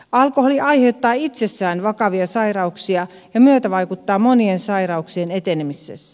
alkoholi aiheuttaa itsessään vakavia sairauksia ja myötävaikuttaa monien sairauksien etenemisessä